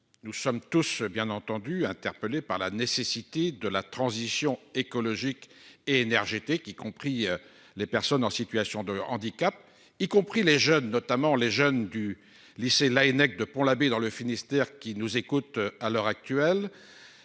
Nous sommes tous bien entendu interpellée par la nécessité de la transition écologique et énergétique, y compris les personnes en situation de handicap, y compris les jeunes notamment les jeunes du lycée Laënnec de Pont-l Abbé dans le Finistère qui nous écoute à l'heure actuelle.